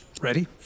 Ready